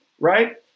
right